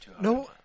No